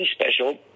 special